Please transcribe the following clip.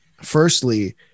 Firstly